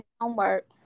homework